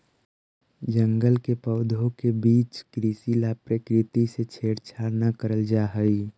जंगल के पौधों के बीच कृषि ला प्रकृति से छेड़छाड़ न करल जा हई